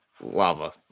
lava